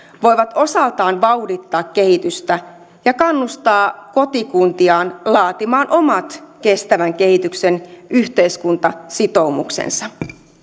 voivat osaltaan vauhdittaa kehitystä ja kannustaa kotikuntiaan laatimaan omat kestävän kehityksen yhteiskuntasitoumuksensa